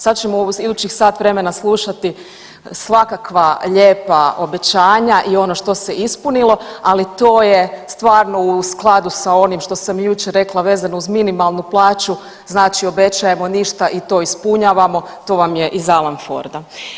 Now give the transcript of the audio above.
Sad ćemo u idućih sat vremena slušati svakakva lijepa obećanja i ono što se ispunilo, ali to je stvarno u skladu sa onim što sam i jučer rekla vezano uz minimalnu plaću, znači obećajemo ništa i to ispunjavamo, to vam je iz Alan Forda.